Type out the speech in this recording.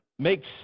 makes